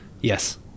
Yes